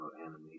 animation